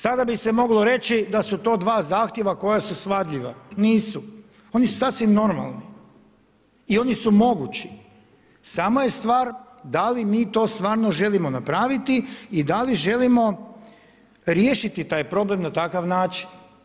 Sada bi se moglo reći da su to dva zahtjeva koja su svadljiva, nisu, oni su sasvim normalni i oni su mogući, samo je stvar da li mi to stvarno želimo napraviti i da li želimo riješiti taj problem na takav način.